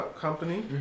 company